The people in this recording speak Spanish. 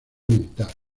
militar